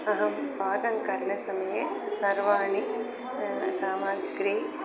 अहं पाककरणसमये सर्वाणि सामग्रीः